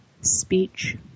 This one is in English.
speech